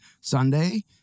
Sunday